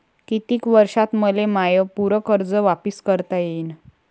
कितीक वर्षात मले माय पूर कर्ज वापिस करता येईन?